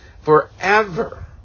forever